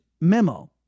memo